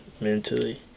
mentally